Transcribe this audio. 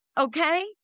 okay